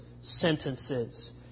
sentences